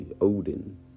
Odin